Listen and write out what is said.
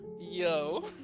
yo